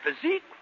physique